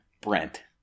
brent